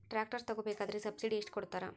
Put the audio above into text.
Tractor ತಗೋಬೇಕಾದ್ರೆ subsidy ಎಷ್ಟು ಕೊಡ್ತಾರ?